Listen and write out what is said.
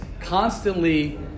constantly